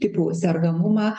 tipų sergamumą